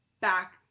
back